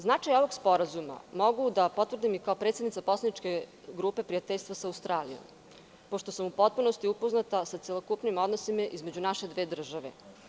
Značaj ovog sporazuma mogu da potvrdim i kao predsednik poslaničke grupe prijateljstva sa Australijom, pošto sam u potpunosti upoznata sa celokupnim odnosima između naše dve države.